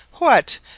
What